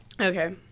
Okay